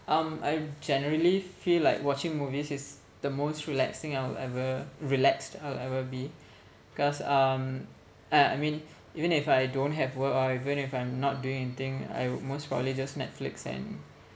um I generally feel like watching movies is the most relaxing I'll ever relaxed I'll ever be cause um uh I mean even if I don't have work or even if I'm not doing anything I would most probably just Netflix and